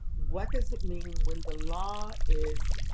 what does it mean when the law is